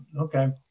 okay